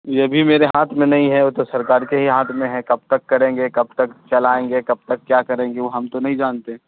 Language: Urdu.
یہ بھی میرے ہاتھ میں نہیں ہے وہ تو سرکار کے ہی ہاتھ میں ہے کب تک کریں گے کب تک چلائیں گے کب تک کیا کریں گے وہ ہم تو نہیں جانتے